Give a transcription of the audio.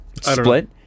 split